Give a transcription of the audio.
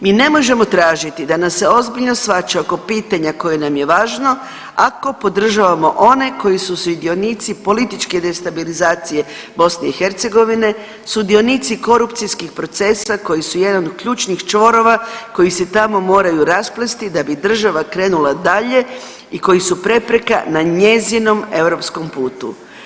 Mi ne možemo tražiti da nas se ozbiljno shvaća oko pitanja koje nam je važno, ako podržavamo one koji su sudionici političke destabilizacije BiH, sudionici korupcijskih procesa koji su jedan od ključnih čvorova koji se tamo moraju rasplesti da bi država krenula dalje i koji su prepreka na njezinom europskom putu.